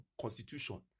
constitution